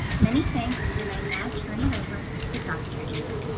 many thanks, and i now turn it over to dr. ina?